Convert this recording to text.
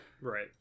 Right